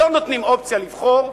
לא נותנים אופציה לבחור.